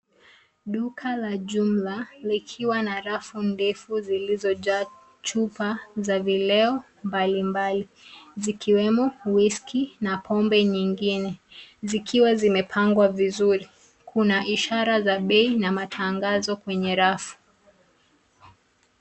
Duka la jumla likiwa na rafu ndefu zilizojaa chupa za vileo mbalimbali zikiwemo whisky na pombe nyingine zikiwa zimepangwa vizuri. Kuna ishara za bei na matangazo kwenye rafu.